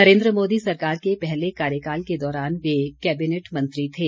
नरेंद्र मोदी सरकार के पहले कार्यकाल के दौरान वे कैबिनेट मंत्री थे